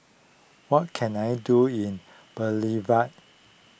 what can I do in Bolivia